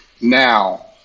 Now